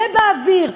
זה באוויר,